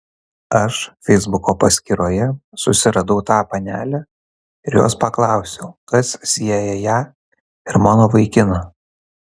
aš feisbuko paskyroje susiradau tą panelę ir jos paklausiau kas sieja ją ir mano vaikiną